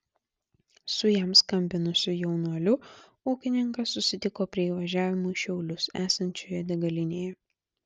su jam skambinusiu jaunuoliu ūkininkas susitiko prie įvažiavimo į šiaulius esančioje degalinėje